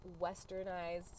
westernized